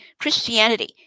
Christianity